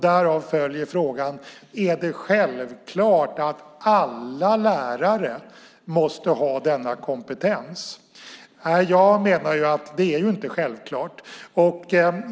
Därav följer frågan: Är det självklart att alla lärare måste ha denna kompetens? Jag menar att det inte är självklart.